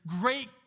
great